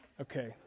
Okay